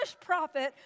prophet